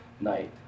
night